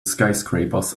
skyscrapers